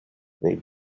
they